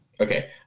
Okay